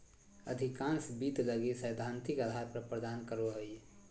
अधिकांश वित्त लगी सैद्धांतिक आधार प्रदान करो हइ